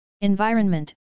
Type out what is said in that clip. environment